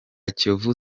kiyovu